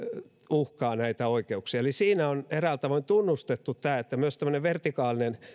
uhkaa näitä oikeuksia eli siinä on eräällä tavoin tunnustettu se että myös tämmöinen vertikaalinen